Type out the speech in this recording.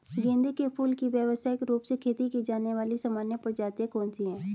गेंदे के फूल की व्यवसायिक रूप से खेती की जाने वाली सामान्य प्रजातियां कौन सी है?